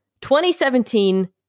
2017